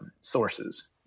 sources